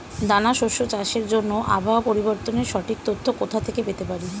দানা শস্য চাষের জন্য আবহাওয়া পরিবর্তনের সঠিক তথ্য কোথা থেকে পেতে পারি?